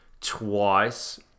twice